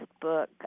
book